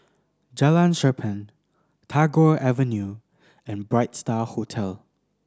Jalan Cherpen Tagore Avenue and Bright Star Hotel